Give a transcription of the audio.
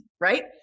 right